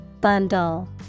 Bundle